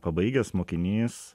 pabaigęs mokinys